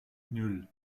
nan